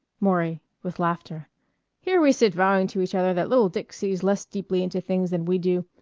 maury with laughter here we sit vowing to each other that little dick sees less deeply into things than we do.